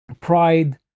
pride